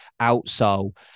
outsole